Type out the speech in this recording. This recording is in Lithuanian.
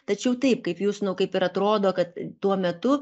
tačiau taip kaip jūs nu kaip ir atrodo kad tuo metu